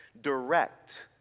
direct